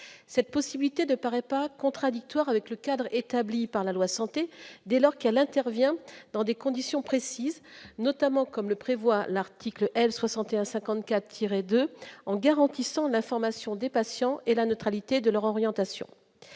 cette possibilité de paraît pas contradictoire avec le cadre établi par la loi santé dès lors qu'elle intervient dans des conditions précises, notamment, comme le prévoit l'article L 61 54 tiré 2 en garantissant l'information des patients et la neutralité de leur orientation,